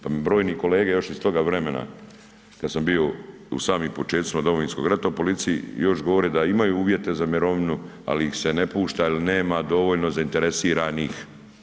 Pa mi brojni kolege još iz toga vremena kad sam bio u samim počecima Domovinskog rata u policiji, još govore da imaju uvjete za mirovinu, ali ih se ne pušta jer nema dovoljno zainteresiranih.